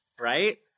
Right